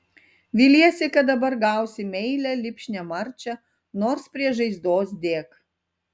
viliesi kad dabar gausi meilią lipšnią marčią nors prie žaizdos dėk